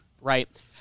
right